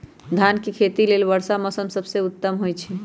धान के खेती लेल वर्षा मौसम सबसे उत्तम होई छै